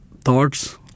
thoughts